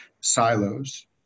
silos